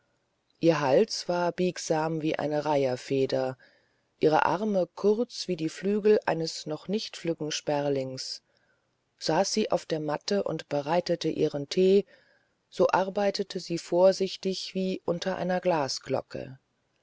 ihr hals war biegsam wie eine reiherfeder ihre arme kurz wie die flügel eines noch nicht flüggen sperlings saß sie auf der matte und bereitete ihren tee so arbeitete sie vorsichtig wie unter einer glasglocke